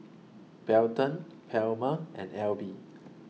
Belton Palmer and Alby